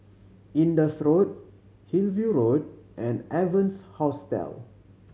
Indus Road Hillview Road and Evans Hostel